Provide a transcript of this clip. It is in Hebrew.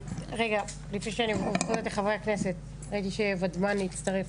ראיתי שוודמני הצטרף,